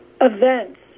events